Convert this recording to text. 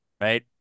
right